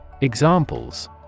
Examples